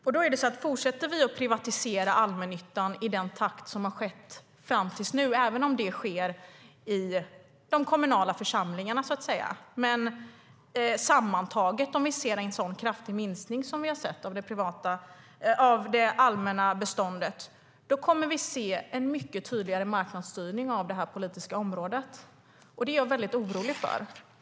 Tänk om vi fortsätter att privatisera allmännyttan i den takt som har skett fram till nu - det gäller även om det sker i de kommunala församlingarna, så att säga. Om vi ser en sådan kraftig minskning av det allmänna beståndet som vi har sett kommer vi att se en mycket tydligare marknadsstyrning av det här politiska området. Det är jag väldigt orolig för.